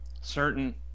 certain